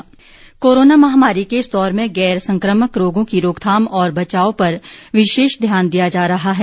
निरोग clinic corona महामारी के इस दौर में गैर संकमक रोगों की रोकथाम और बचाव पर विशेष ध्यान दिया जा रहा है